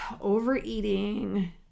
overeating